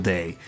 Day